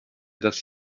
dass